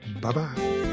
bye-bye